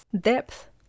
depth